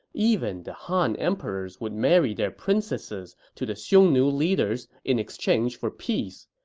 even the han emperors would marry their princesses to the xiongnu leaders in exchange for peace.